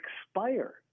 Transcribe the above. expire